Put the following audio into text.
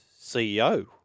CEO